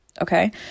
okay